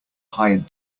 hired